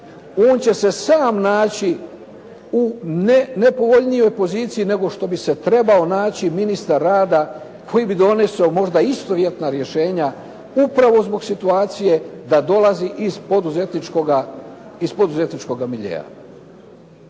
On će se sam naći u nepovoljnijoj poziciji nego što bi se trebao naći ministar rada koji bi donesao možda istovjetna rješenja upravo zbog situacije da dolazi iz poduzetničkoga miljea.